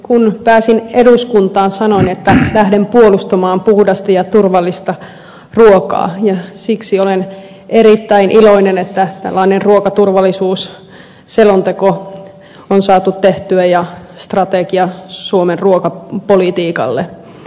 kun pääsin eduskuntaan sanoin että lähden puolustamaan puhdasta ja turvallista ruokaa ja siksi olen erittäin iloinen että tällainen ruokaturvallisuusselonteko ja strategia suomen ruokapolitiikalle on saatu tehtyä